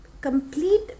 complete